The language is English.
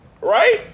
right